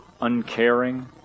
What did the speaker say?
uncaring